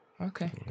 Okay